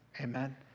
Amen